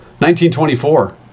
1924